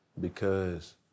Because-